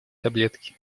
таблетки